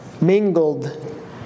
mingled